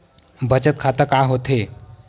बचत खाता का होथे?